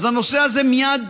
הנושא הזה מייד